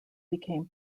became